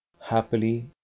Happily